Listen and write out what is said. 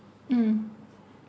mm